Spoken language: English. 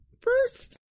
first